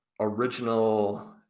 original